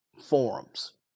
forums